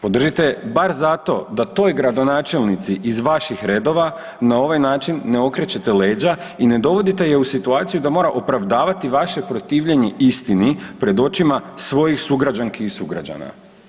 Podržite je bar zato da toj gradonačelnici iz vaših redova na ovaj način ne okrećete leđa i ne dovodite je u situaciju da mora opravdavati vaše protivljenje istini pred očima svojih sugrađanki i sugrađana.